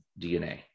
DNA